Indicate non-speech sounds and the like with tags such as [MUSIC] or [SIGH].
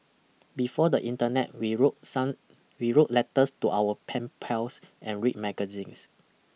before the Internet we wrote [UNINTELLIGIBLE] we wrote letters to our pen pals and read magazines